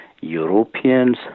Europeans